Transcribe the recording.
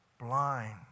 Blind